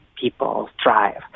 people—thrive